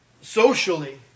socially